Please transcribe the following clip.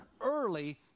early